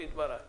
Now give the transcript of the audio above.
אני